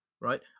Right